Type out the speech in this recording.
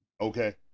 Okay